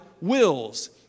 wills